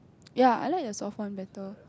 ya I like the soft one better